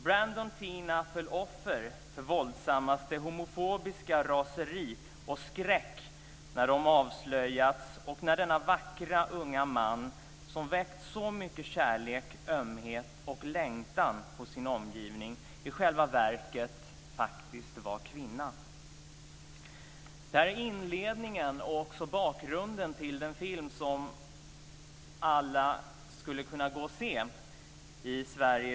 Brandon Teena föll offer för våldsammaste homofobiska raseri och skräck när det avslöjats att den vackra unga man som väckt så mycket kärlek, ömhet och längtan hos sin omgivning i själva verket faktiskt var kvinna. Det här är inledningen och även bakgrunden till den film som alla i Sverige skulle kunna gå och se.